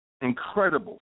incredible